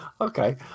Okay